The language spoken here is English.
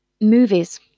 Movies